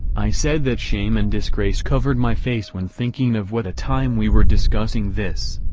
i said that shame and disgrace covered my face when thinking of what a time we were discussing this,